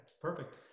perfect